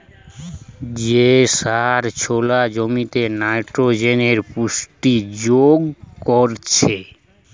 যে সার জোলা জমিতে নাইট্রোজেনের পুষ্টি যোগ করছে